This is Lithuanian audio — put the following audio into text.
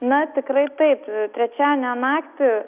na tikrai taip trečiadienio naktį